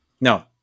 No